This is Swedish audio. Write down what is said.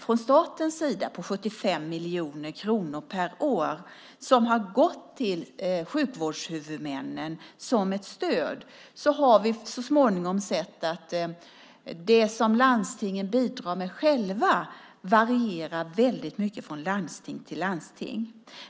Från statens sida anslogs 75 miljoner kronor per år som har gått till sjukvårdshuvudmännen som ett stöd. Så småningom har vi sett att det som landstingen bidrar med själva varierar väldigt mycket från landsting till landsting.